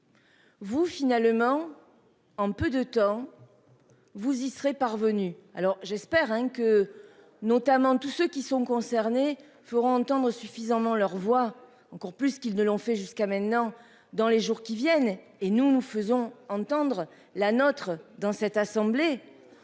Vous finalement. En peu de temps. Vous y serez parvenu alors j'espère que notamment tous ceux qui sont concernés feront entendre suffisamment leur voix, encore plus qu'ils ne l'ont fait jusqu'à maintenant dans les jours qui viennent et nous nous faisons entendre la nôtre dans cette assemblée.